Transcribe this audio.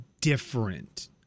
different